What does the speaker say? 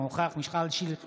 אינו נוכח מיכל שיר סגמן,